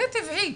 זה טבעי.